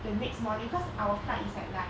the next morning cause our flight it's like like lah